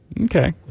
Okay